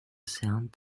sound